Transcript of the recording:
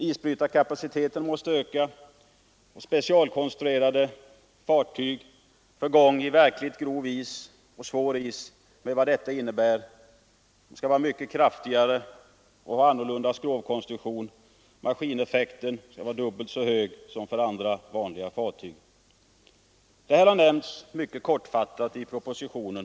Isbrytarkapaciteten måste öka, och man måste ha specialfartyg konstruerade för gång i verkligt grov och svår is, med allt vad detta innebär: mycket kraftigare och annorlunda skrovkonstruktion, dubbelt så hög maskineffekt som för vanliga fartyg osv. Detta har nämnts mycket kortfattat i propositionen.